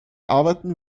arbeiten